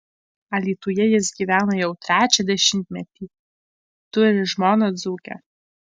alytuje jis gyvena jau trečią dešimtmetį turi žmoną dzūkę